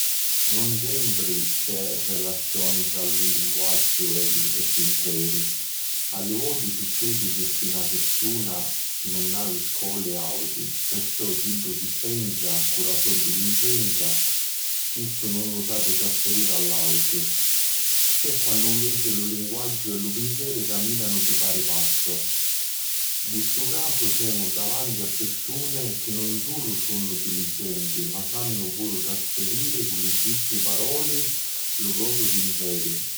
Nun sempri c'è relazioni tra linguaggiu e pinseri. A li voti succedi pirchì na pirsuna nun avi scoli auti perciò chiddu chi pensa cu la so diligenza spissu nun lu sapi trasfiriri a l'autri. C'è quannu nveci lu lugnuaggiu e lu pinseri caminanu di pari passu, nta stu casu semu davanti a pirsuni chi nun sulu sunnu diligenti ma sannu trasfiriri cu lu giusti palori lu propriu pinseri.